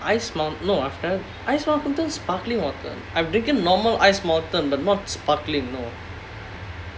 ice mount~ no I've never Ice Mountain sparkling water I've drinken normal Ice Mountain but not sparkling no